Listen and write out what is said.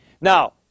Now